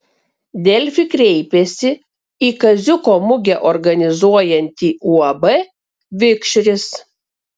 delfi kreipėsi į kaziuko mugę organizuojantį uab vikšris